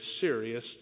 serious